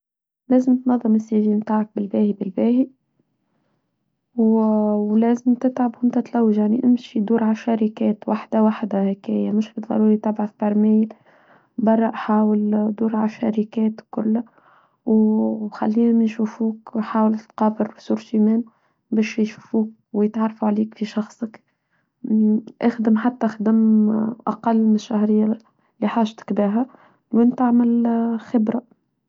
لازم تنظم السيڤي بتاعك بالباهي بالباهي ولازم تتعب ومتى تلوج يعني امشي دور على شركات واحدة واحدة هاكاية مش بضروري تابع في برميل برا احاول دور على شركات كلها وخليهم يشوفوك وحاولوا تقابل رسول شمال باش يشوفوك ويتعرفوا عليك في شخصك اخدم حتى اخدم اقل من شهرية اللي حاجتك بها وانت عمل خبرة.